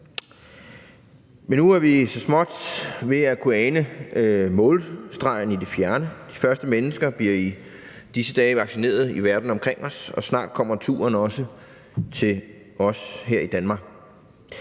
Men nu er vi så småt ved at kunne ane målstregen i det fjerne. De første mennesker bliver i disse dage vaccineret i verden omkring os, og snart kommer turen også til os her i Danmark.